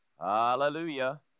Hallelujah